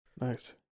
Nice